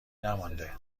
نمانده